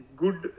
good